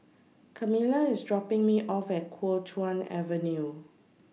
Camila IS dropping Me off At Kuo Chuan Avenue